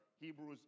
Hebrews